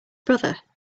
brother